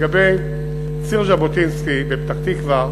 לגבי ציר ז'בוטינסקי בפתח-תקווה,